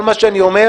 כל מה שאני אומר